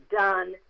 done